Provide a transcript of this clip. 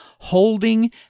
holding